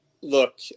Look